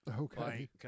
Okay